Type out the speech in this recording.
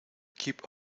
keep